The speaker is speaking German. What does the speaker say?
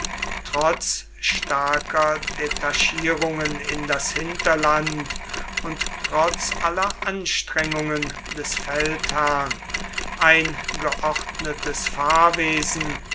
trotz starker detachierungen in das hinterland und trotz aller anstrengungen des feldherrn ein geordnetes fahrwesen